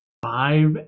Five